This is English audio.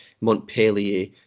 Montpellier